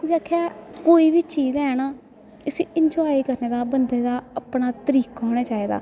कुसै आखेआ कोई बी चीज है ना इस्सी इनजाए करने दा बंदे दा अपना तरीका होना चाहिदा